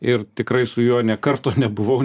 ir tikrai su juo nė karto nebuvau